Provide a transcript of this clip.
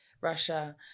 Russia